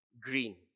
green